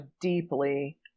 deeply